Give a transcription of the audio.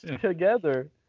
together